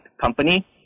company